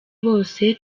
bose